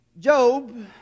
Job